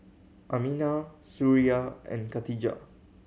Aminah Suria and Khatijah